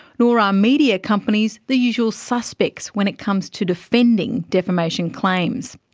nor are um media companies the usual suspects when it comes to defending defamation claims.